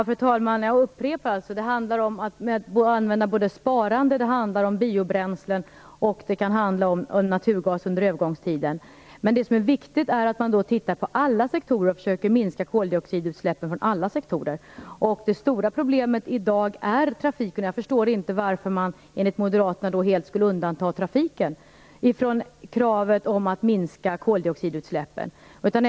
Fru talman! Jag upprepar att detta handlar om sparande, biobränslen och under övergångstiden naturgas. Men det som är viktigt är att man då tittar på alla sektorer och försöker minska koldioxidutsläppen. Det stora problemet i dag är trafiken, och jag förstår inte varför man, enligt moderaterna, då helt skulle undanta trafiken från kravet om att minska koldioxidutsläppen.